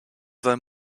though